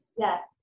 Yes